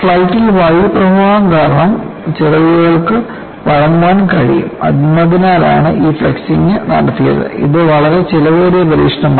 ഫ്ലൈറ്റിൽ വായുപ്രവാഹം കാരണം ചിറകുകൾക്ക് വഴങ്ങാൻ കഴിയും എന്നതിനാലാണ് ഈ ഫ്ലെക്സിംഗ് നടത്തിയത് ഇത് വളരെ ചെലവേറിയ പരീക്ഷണമാണ്